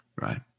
Right